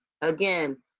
Again